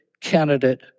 candidate